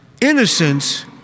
innocence